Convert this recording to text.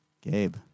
Gabe